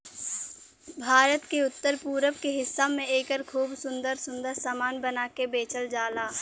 भारत के उत्तर पूरब के हिस्सा में एकर खूब सुंदर सुंदर सामान बना के बेचल जाला